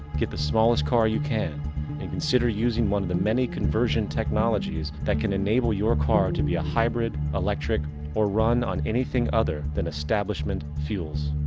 get the smallest car you can and consider using one of the many conversion technologies that can enable your car to be a hybrid, electric or run on anything other than establishment fuels.